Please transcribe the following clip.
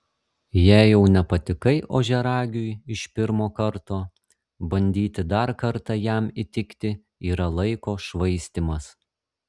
jei jau nepatikai ožiaragiui iš pirmo karto bandyti dar kartą jam įtikti yra laiko švaistymas